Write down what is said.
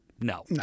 No